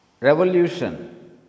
Revolution